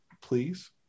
please